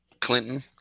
Clinton